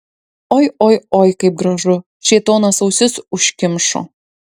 oi oi oi kaip gražu šėtonas ausis užkimšo